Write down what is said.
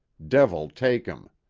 devil take em!